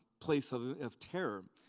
place of ah of terror.